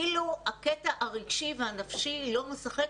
כאילו הקטע הרגשי והנפשי לא משחק.